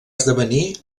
esdevenir